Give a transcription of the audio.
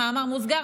במאמר מוסגר,